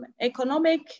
economic